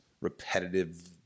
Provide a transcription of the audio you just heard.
repetitive